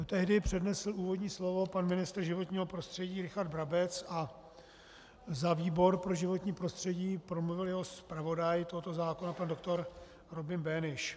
Tehdy přednesl úvodní slovo pan ministr životního prostředí Richard Brabec a za výbor pro životní prostředí promluvil jeho zpravodaj tohoto zákona pan doktor Robin Böhnisch.